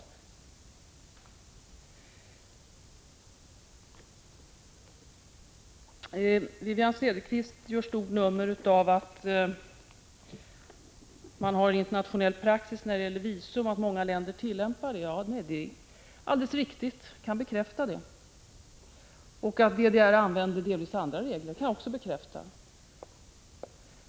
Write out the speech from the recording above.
Vidare gör Wivi-Anne Cederqvist ett stort nummer av att det finns en internationell praxis när det gäller att bevilja visum och att många länder tillämpar den. Det är alldeles riktigt. Jag kan bekräfta det. Att DDR tillämpar delvis andra regler kan jag också bekräfta.